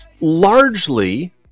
Largely